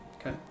Okay